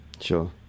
Sure